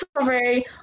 sorry